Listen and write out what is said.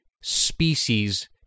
species